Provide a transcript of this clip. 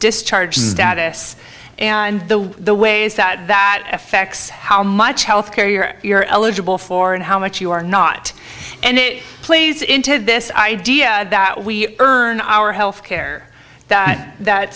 discharge status and the ways that that affects how much health care your you're eligible for and how much you are not and it plays into this idea that we earn our health care that that